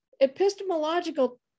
epistemological